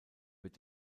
wird